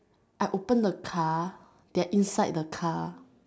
I open the car their inside the car